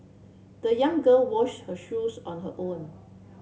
the young girl wash her shoes on her own